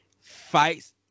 fights